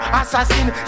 assassin